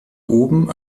oben